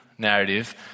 narrative